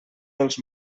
dels